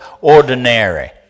ordinary